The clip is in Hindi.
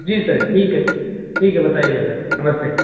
जी सर ठीक है ठीक है बताइएगा सर नमस्ते